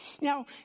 Now